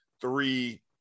three